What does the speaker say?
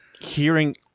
hearing